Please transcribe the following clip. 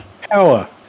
power